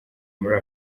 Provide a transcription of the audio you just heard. muri